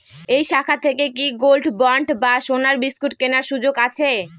এই শাখা থেকে কি গোল্ডবন্ড বা সোনার বিসকুট কেনার সুযোগ আছে?